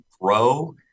grow